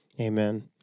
Amen